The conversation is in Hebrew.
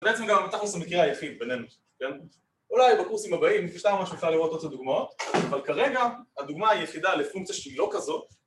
‫בעצם גם תכלס ‫המקרה היחיד, בינינו, כן? ‫אולי בקורסים... ממש לראות את הדוגמאות, ‫אבל כרגע הדוגמה היחידה ‫לפונקציה שהיא לא כזאת